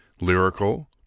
lyrical